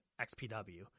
XPW